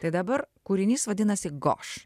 tai dabar kūrinys vadinasi goš